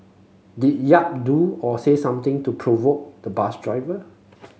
did Yap do or say something to provoke the bus driver